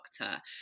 doctor